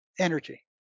energy